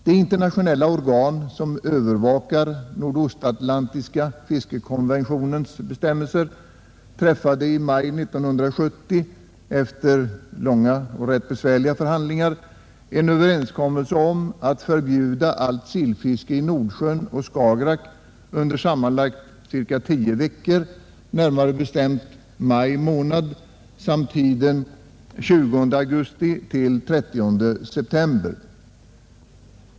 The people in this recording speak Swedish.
Det internationella organ som övervakar nordostatlantiska fiskekonventionens bestämmelser träffade i maj 1970 — efter långa och ganska besvärliga förhandlingar — en överenskommelse om att förbjuda allt sillfiske i Nordsjön och Skagerack under sammanlagt cirka tio veckor, närmare bestämt under maj månad samt tiden 20 augusti-30 september.